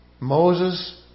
Moses